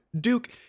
Duke